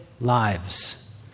lives